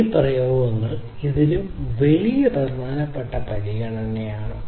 ഈ പ്രയോഗങ്ങളിൽ പലതിലും ഇത് വളരെ പ്രധാനപ്പെട്ട പരിഗണനയാണ്